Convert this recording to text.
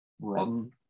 run